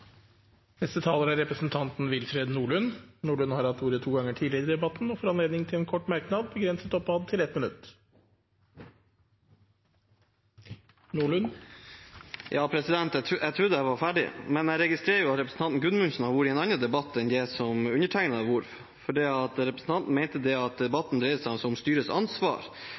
Representanten Wilfred Nordlund har hatt ordet to ganger tidligere og får en ordet til en kort merknad, begrenset til 1 minutt. Jeg trodde jeg var ferdig, men jeg registrerer at representanten Gudmundsen har vært i en annen debatt enn det undertegnede har vært, for representanten mente at debatten dreier seg om styrets ansvar.